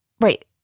right